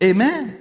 Amen